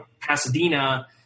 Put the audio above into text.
Pasadena